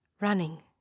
running